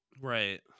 Right